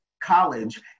college